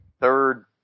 third